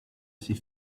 ses